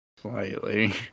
slightly